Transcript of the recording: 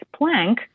Planck